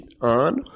on